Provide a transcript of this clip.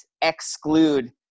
exclude